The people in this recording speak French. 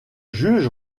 juge